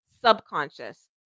subconscious